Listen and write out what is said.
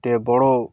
ଟେ ବଡ଼